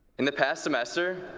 in the past semester,